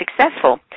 successful